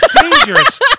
dangerous